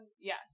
yes